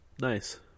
Nice